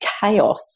chaos